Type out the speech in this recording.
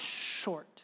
short